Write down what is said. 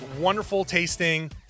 wonderful-tasting